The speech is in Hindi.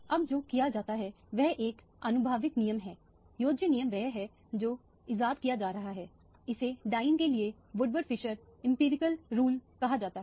अब जो किया जाता है वह एक आनुभविक नियम है योज्य नियम वह है जो ईजाद किया जा रहा है इसे डायन के लिए वुडवर्ड फिशरएम्पिरिकल रूल कहा जाता है